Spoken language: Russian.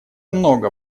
много